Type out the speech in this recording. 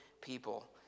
people